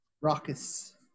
raucous